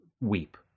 weep